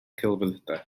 celfyddydau